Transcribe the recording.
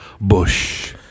Bush